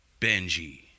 Benji